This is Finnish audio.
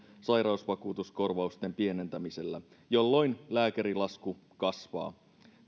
sairausvakuutuskorvausten pienentämisellä jolloin lääkärilasku kasvaa